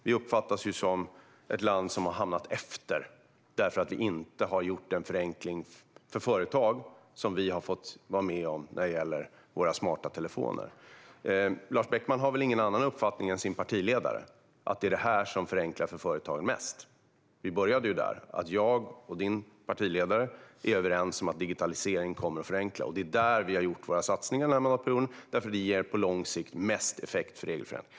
Vi uppfattas som ett land som har hamnat efter därför att vi inte har gjort den förenkling för företag som vi har fått vara med om när det gäller våra smarta telefoner. Lars Beckman har väl ingen annan uppfattning än vad hans partiledare har, att det är detta som förenklar mest för företagen? Vi började ju där - att jag och Lars Beckmans partiledare är överens om att digitalisering kommer att förenkla. Det är där vi har gjort våra satsningar under denna mandatperiod, eftersom det på lång sikt ger mest effekt för regelförändringar.